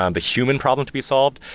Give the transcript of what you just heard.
um the human problem to be solved.